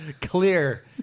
Clear